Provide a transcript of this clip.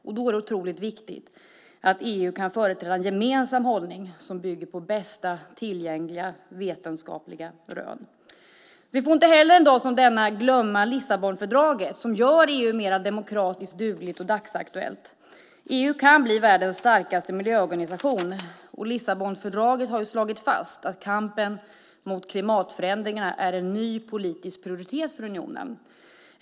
Det är otroligt viktigt att EU kan företräda en gemensam hållning som bygger på bästa tillgängliga vetenskapliga rön. Vi får heller inte en dag som denna glömma Lissabonfördraget som gör EU mer demokratiskt, dugligt och dagsaktuellt. EU kan bli världens starkaste miljöorganisation. Lissabonfördraget har slagit fast att kampen mot klimatförändringarna är en ny politisk prioritet för unionen.